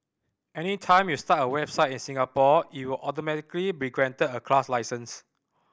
anytime you start a website in Singapore it will automatically be granted a class license